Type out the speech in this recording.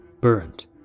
burnt